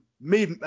made